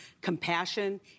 compassion